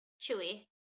Chewy